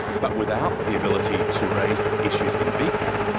but without the ability to raise issues in vcat,